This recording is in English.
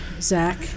zach